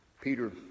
Peter